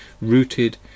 rooted